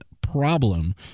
problem